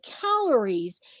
calories